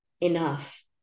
enough